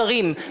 השרים,